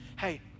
Hey